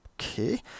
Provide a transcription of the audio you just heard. okay